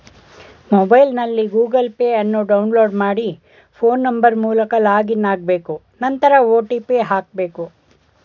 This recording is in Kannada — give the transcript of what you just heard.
ಮೊಬೈಲ್ನಲ್ಲಿ ಗೂಗಲ್ ಪೇ ಅನ್ನು ಡೌನ್ಲೋಡ್ ಮಾಡಿ ಫೋನ್ ನಂಬರ್ ಮೂಲಕ ಲಾಗಿನ್ ಆಗ್ಬೇಕು ನಂತರ ಒ.ಟಿ.ಪಿ ಹಾಕ್ಬೇಕು